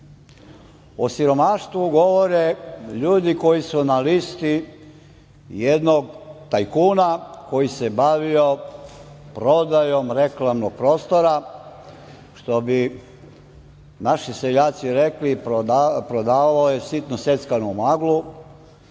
o siromaštvu govore ljudi koji su na listi jednog tajkuna koji se bavio prodajom reklamnog prostora što bi naši seljaci rekli – prodavao je sitno seckanu maglu